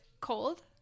cold